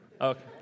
Okay